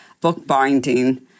bookbinding